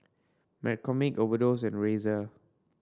McCormick Overdose and Razer